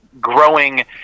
growing